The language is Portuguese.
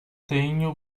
tenho